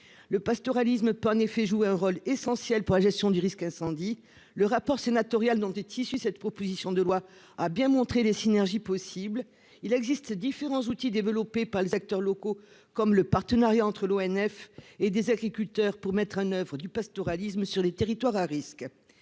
Le pastoralisme peut en effet jouer un rôle essentiel pour la gestion du risque incendie. Le rapport d'information sénatorial dont est issue cette proposition de loi a bien montré les synergies possibles. Il existe différents outils développés par les acteurs locaux, comme le partenariat entre l'ONF et des agriculteurs pour mettre en oeuvre le pastoralisme sur les territoires à risque.